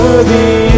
Worthy